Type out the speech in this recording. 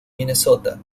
minnesota